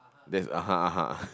that's (uh huh) (uh huh)